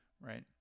right